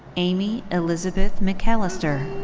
amy elizabeth mcalister.